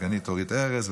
הסגנית אורית ארז,